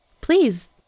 please